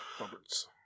Roberts